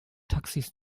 taxis